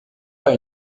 pas